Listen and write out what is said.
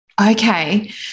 Okay